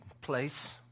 place